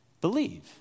believe